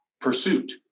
pursuit